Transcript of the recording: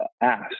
ask